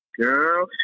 Girl